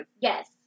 Yes